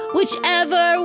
Whichever